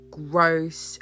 gross